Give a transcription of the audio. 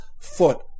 foot